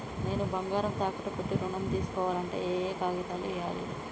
నేను బంగారం తాకట్టు పెట్టి ఋణం తీస్కోవాలంటే ఏయే కాగితాలు ఇయ్యాలి?